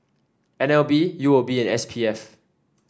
N L B U O B and S P F